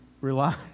rely